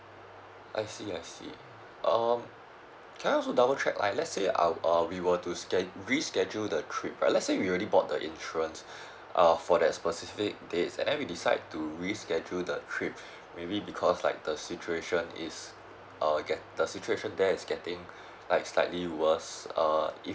I see I see um can I also double check like let's say um uh we were to schedu~ reschedule the trip right let's say we already bought the insurance uh for that specific dates and we decide to reschedule the trip maybe because like the situation is err get the situation there is getting like slightly worse uh if